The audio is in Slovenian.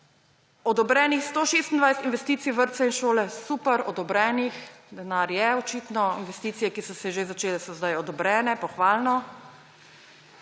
Odobrenih 126 investicij v vrtce in šole, super odobrenih, denar je očitno. Investicije, ki so se že začele, so sedaj odobrene, pohvalno.